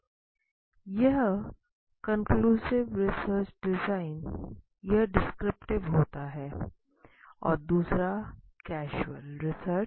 एक होता है डिस्क्रिप्टिव रिसर्च और दूसरा कैज़ुअल रिसर्च